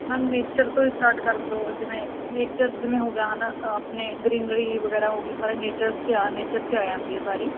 ma'am nature ਤੋਂ ਹੀ start ਕਰ ਦਿਓ ਜਿਵੇਂ ਨੇਚਰ ਜਿਵੇਂ ਹੋ ਗਿਆ ਹੈ ਨਾ ਆਪਣੇ ਗਰੀਨਰੀ ਵਗੈਰਾ ਹੋ ਗਈ ਸਾਰੇ ਨੇਚਰ 'ਚ ਆ ਨੇਚਰ 'ਚ ਆ ਜਾਂਦੀ ਆ ਸਾਰੀ